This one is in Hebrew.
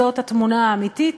זאת התמונה האמיתית